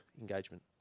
engagement